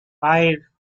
five